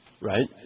Right